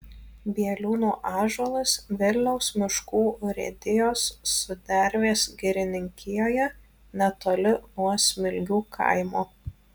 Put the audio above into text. bieliūnų ąžuolas vilniaus miškų urėdijos sudervės girininkijoje netoli nuo smilgių kaimo